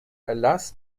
erlass